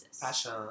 Passion